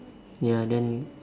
ya then